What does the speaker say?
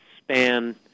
span